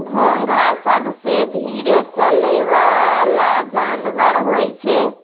घोंघा सबसें धीरे चलै वला जानवर होय छै